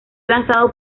lanzado